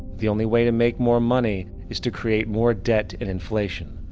the only way to make more money is to create more debt and inflation.